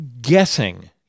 guessing